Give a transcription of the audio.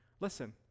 Listen